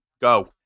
go